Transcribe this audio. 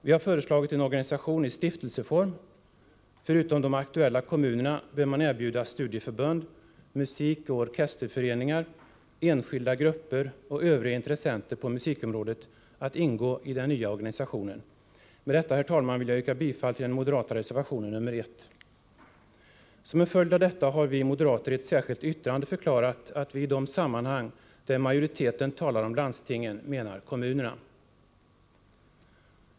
Vi har föreslagit en organisation i stiftelseform. Förutom de aktuella kommunerna bör man erbjuda studieförbund, musikoch orkesterföreningar, enskilda grupper och övriga intressenter på musikområdet att ingå i den nya organisationen. Med detta, herr talman, vill jag yrka bifall till den moderata reservationen nr 1. Som en följd av detta har vi i ett särskilt yttrande förklarat att vi i de sammanhang, där majoriteten talar om landstingen, menar kommunerna.